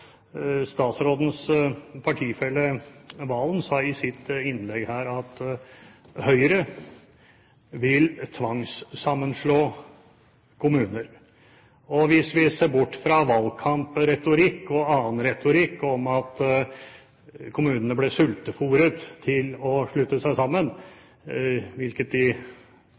Statsrådens partifelle Serigstad Valen sa i sitt innlegg her at Høyre vil tvangssammenslå kommuner. Hvis vi ser bort fra valgkampretorikk og annen retorikk om at kommunene ble sultefôret til å slutte seg sammen – hvilket de